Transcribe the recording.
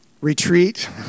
retreat